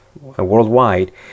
worldwide